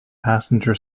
passenger